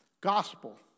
Gospel